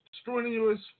strenuous